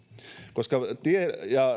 koska tie ja